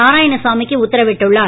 நாராயணசாமிக்கு உத்தரவிட்டுள்ளார்